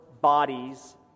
bodies